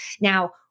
Now